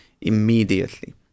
immediately